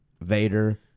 Vader